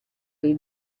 dei